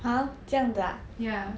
ya